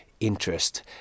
Interest